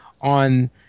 on